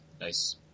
Nice